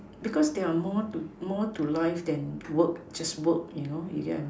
because there are more to more to life than work just work you know you get what I mean